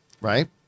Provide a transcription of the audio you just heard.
right